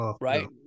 right